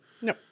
No